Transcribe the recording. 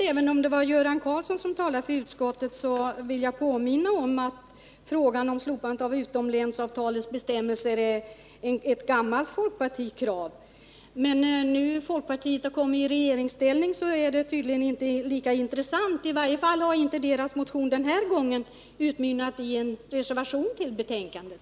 Även om det var Göran Karlsson som talade för utskottet, vill jag påminna om att frågan om ett slopande av utomlänsavtalets bestämmelser är ett gammalt folkpartikrav. Men när folkpartiet nu har kommit i regeringsställning, är detta krav tydligen inte lika intressant. I varje fall har folkpartisternas motion denna gång inte utmynnat i en reservation till betänkandet.